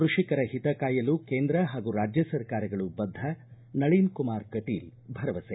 ಕೃಷಿಕರ ಹಿತಕಾಯಲು ಕೇಂದ್ರ ಹಾಗೂ ರಾಜ್ಯ ಸರ್ಕಾರಗಳು ಬದ್ದ ನಳಿನ್ ಕುಮಾರ್ ಕಟೀಲ್ ಭರವಸೆ